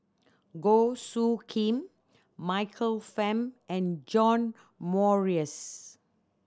Goh Soo Khim Michael Fam and John Morrice